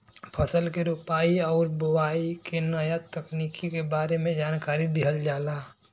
फसल के रोपाई आउर बोआई के नया तकनीकी के बारे में जानकारी दिहल जाला